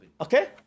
Okay